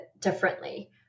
differently